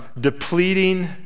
depleting